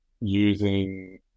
using